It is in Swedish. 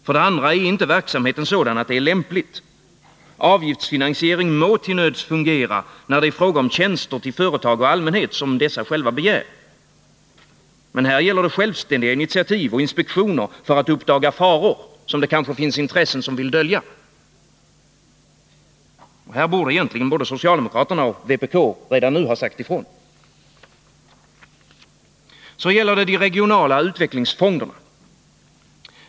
För det andra är verksamheten inte sådan att det är lämpligt. Avgiftsfinansiering må till nöds fungera när det är fråga om sådana tjänster som företag och allmänhet själva begär. Men här gäller det självständiga initiativ och inspektioner för att man skall kunna uppdaga faror som vissa intressen kanske vill dölja. Här borde både socialdemokraterna och vpk redan nu ha sagt ifrån. Så gäller det de regionala utvecklingsfonderna.